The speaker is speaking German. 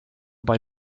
bei